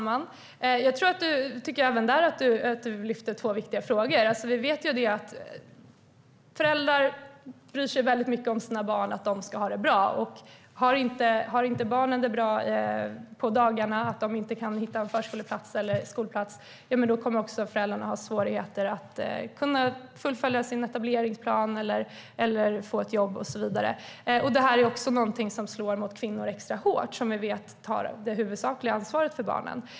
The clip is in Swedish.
Herr talman! Désirée Pethrus lyfter upp två viktiga frågor även där. Föräldrar bryr sig mycket om sina barn och vill att de ska ha det bra. Om barnen inte har det bra på dagarna, om man inte kan hitta förskole eller skolplats åt barnen kommer föräldrarna att ha svårt att fullfölja sin etableringsplan eller få ett jobb och så vidare. Det är också något som slår extra hårt mot kvinnor, som vi vet tar det huvudsakliga ansvaret för barnen.